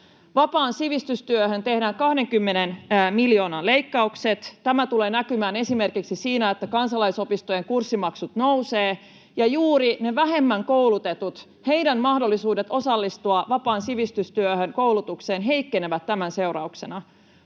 Vapaaseen sivistystyöhön tehdään 20 miljoonan leikkaukset. Tämä tulee näkymään esimerkiksi siinä, että kansalaisopistojen kurssimaksut nousevat, ja juuri niiden vähemmän koulutettujen mahdollisuudet osallistua vapaan sivistystyön koulutukseen heikkenevät tämän seurauksena